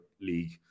league